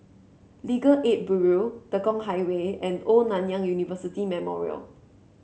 Legal Aid Bureau Tekong Highway and Old Nanyang University Memorial